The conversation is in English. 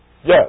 Yes